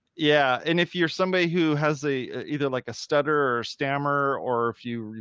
yeah. and if you're somebody who has a, either like a stutter or stammer or if you,